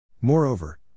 Moreover